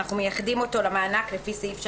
ואנחנו מייחדים אותו למענק לפי סעיף 3,